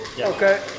Okay